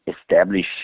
establish